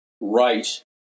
right